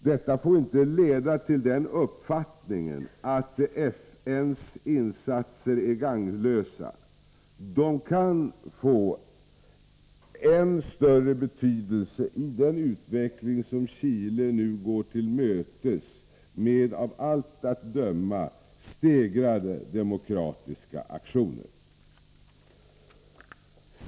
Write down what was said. Detta får inte leda till den uppfattningen att FN:s insatser är gagnlösa. De kan få än större betydelse i den utveckling som Chile nu går till mötes med av allt att döma stegrade demokratiska aktioner.